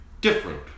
different